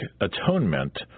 atonement